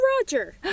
Roger